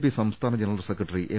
P സംസ്ഥാന general secretary M